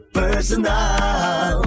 personal